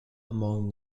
among